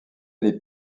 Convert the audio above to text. les